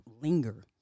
linger